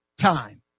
time